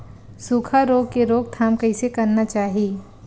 सुखा रोग के रोकथाम कइसे करना चाही?